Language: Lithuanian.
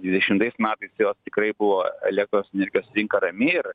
dvidešimtais metais jos tikrai buvo elektros energijos rinka rami ir